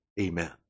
Amen